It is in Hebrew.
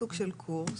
סוג של קורס.